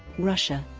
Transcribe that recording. russia